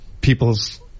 people's